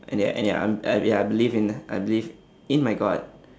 and ya and ya I'm uh ya I believe in I believe in my god